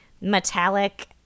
metallic